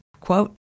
Quote